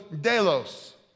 delos